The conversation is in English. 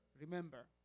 Remember